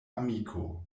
amiko